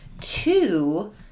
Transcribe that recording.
two